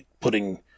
putting